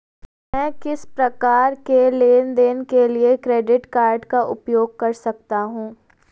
मैं किस प्रकार के लेनदेन के लिए क्रेडिट कार्ड का उपयोग कर सकता हूं?